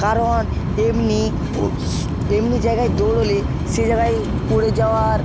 কারণ এমনি এমনি জায়গায় দৌড়লে সেই জায়গায় পড়ে যাওয়ার